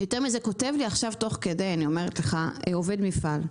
יותר מזה, כותב לי עכשיו תוך כדי עובד מפעל,